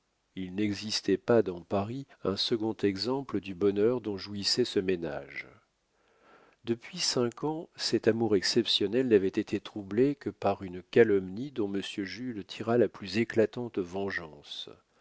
il n'existait pas dans paris un second exemple du bonheur dont jouissait ce ménage depuis cinq ans cet amour exceptionnel n'avait été troublé que par une calomnie dont monsieur jules tira la plus éclatante vengeance